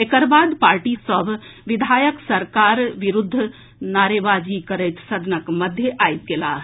एकर बाद पार्टीक सभ विधायक सरकारक विरूद्ध नारेबाजी करैत सदनक मध्य आबि गेलाह